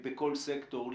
-- בכל סקטור.